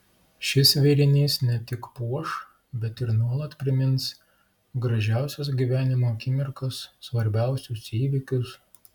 šis vėrinys ne tik puoš bet ir nuolat primins gražiausias gyvenimo akimirkas svarbiausius įvykius